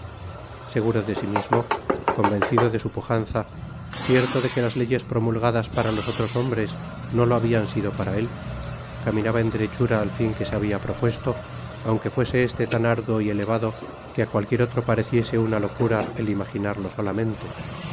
seguro de sí mismo convencido de su pujanza cierto de que las leyes promulgadas para los otros hombres no lo habian sido para él caminaba en derechura al fin que se habia propuesto aunque fuese este tan arduo y elevado que á cualquier otro pareciese una locura el imaginarlo solamente